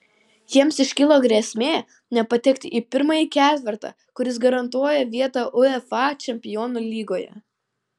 jiems iškilo grėsmė nepatekti į pirmąjį ketvertą kuris garantuoja vietą uefa čempionų lygoje